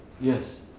Yes